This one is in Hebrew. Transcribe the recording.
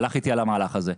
הלך איתי על המהלך הזה.